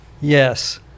Yes